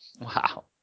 wow